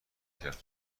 کرد